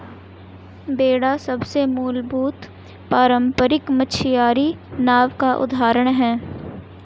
बेड़ा सबसे मूलभूत पारम्परिक मछियारी नाव का उदाहरण है